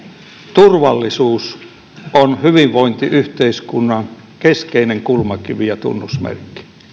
turvallisuus on hyvinvointiyhteiskunnan keskeinen kulmakivi ja tunnusmerkki